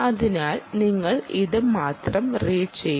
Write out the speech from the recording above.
അതിനാൽ നിങ്ങൾ ഇത് മാത്രം റീഡ് ചെയ്യും